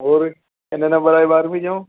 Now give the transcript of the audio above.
ਹੋਰ ਕਿੰਨੇ ਨੰਬਰ ਆਏ ਬਾਰ੍ਹਵੀਂ 'ਚੋਂ